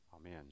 Amen